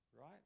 right